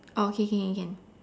oh okay can can can